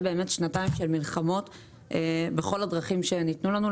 באמת שנתיים של מלחמות בכל הדרכים שניתנו לנו,